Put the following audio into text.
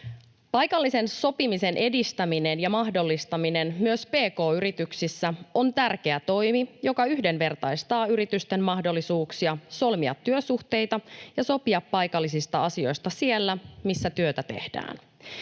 Paikallisen sopimisen edistäminen ja mahdollistaminen myös pk-yrityksissä on tärkeä toimi, joka yhdenvertaistaa yritysten mahdollisuuksia solmia työsuhteita ja sopia paikallisista asioista siellä, missä työtä tehdään.